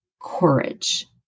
courage